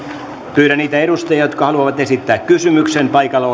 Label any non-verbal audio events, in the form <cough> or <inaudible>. pyydän niitä edustajia jotka haluavat esittää kysymyksen paikalla <unintelligible>